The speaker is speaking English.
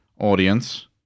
audience